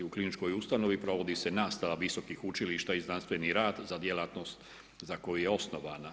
U kliničkoj ustanovi provodi se nastava visokih učilišta i znanstveni rad za djelatnost za koji je osnovana.